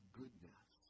goodness